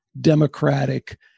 Democratic